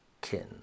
kin